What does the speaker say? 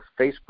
facebook